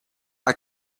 are